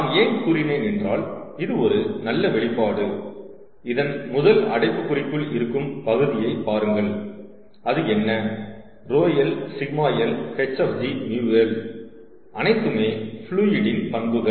நான் ஏன் கூறினேன் என்றால் இது ஒரு நல்ல வெளிப்பாடு இந்த முதல் அடைப்புக்குறிக்குள் இருக்கும் பகுதியைப் பாருங்கள் அது என்ன 𝜌l 𝜎l hfg μl அனைத்துமே ஃப்ளுயிடின் பண்புகள்